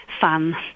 fun